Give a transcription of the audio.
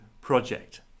project